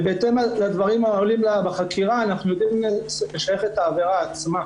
ובהתאם לדברים שעולים מהחקירה אנחנו יודעים לשייך את העבירה עצמה.